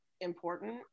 important